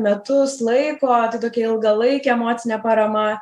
metus laiko tokia ilgalaikė emocinė parama